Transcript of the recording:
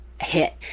Hit